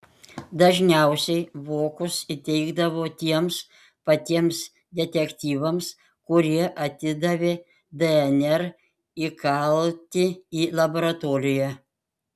dažniausiai vokus įteikdavo tiems patiems detektyvams kurie atidavė dnr įkaltį į laboratoriją